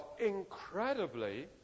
incredibly